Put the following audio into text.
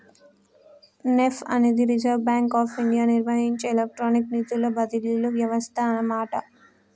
NEFT అనేది reserve bank of India నిర్వహించే electronic నిధుల బదిలీ వ్యవస్థ అన్నమాట